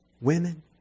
women